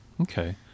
Okay